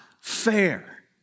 fair